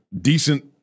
decent